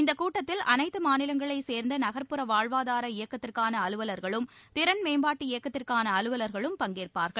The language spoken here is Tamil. இந்தக் கூட்டத்தில் அனைத்து மாநிலங்களைச் சேர்ந்த நகர்ப்புற வாழ்வாதார இயக்கத்திற்கான அலுவலர்களும் திறன் மேம்பாட்டு இயக்கத்திற்கான அலுவலர்களும் பங்கேற்பார்கள்